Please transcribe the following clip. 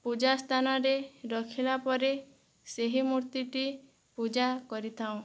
ପୂଜାସ୍ଥାନରେ ରଖିଲା ପରେ ସେହି ମୂର୍ତ୍ତିଟି ପୂଜା କରିଥାଉଁ